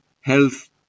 health